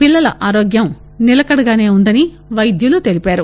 పిల్లల ఆరోగ్యం నిలకడగానే ఉన్న దని వైద్యులుతెలిపారు